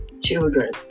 children